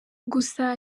gusa